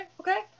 Okay